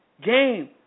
Game